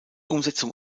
umsetzung